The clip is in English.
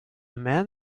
man